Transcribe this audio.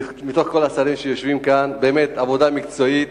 מתוך כל השרים שיושבים כאן, באמת, עבודה מקצועית,